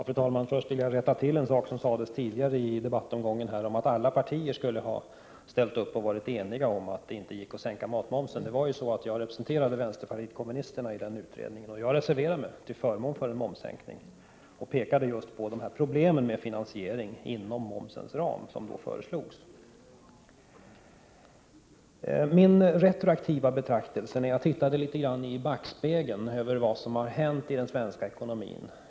Fru talman! Först vill jag rätta till en sak som sades tidigare i den här debattomgången — att alla partier skulle ha varit eniga om att det inte gick att sänka matmomsen. Jag representerade ju vänsterpartiet kommunisterna i utredningen, och jag reserverade mig till förmån för en momssänkning och pekade på problemen med finansiering inom momsens ram, som då föreslogs. Jag gjorde här en retroaktiv betraktelse och tittade litet i backspegeln på vad som har hänt i den svenska ekonomin.